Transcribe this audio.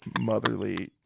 motherly